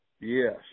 Yes